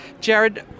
Jared